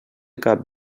cap